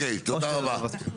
אוקיי, תודה רבה.